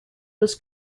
was